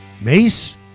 Mace